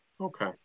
Okay